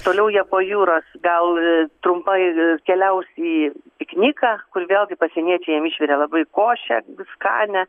toliau jie po jūrą gal trumpai keliaus į pikniką kur vėlgi pasieniečiai jiem išvirė labai košę skanią